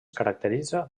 caracteritza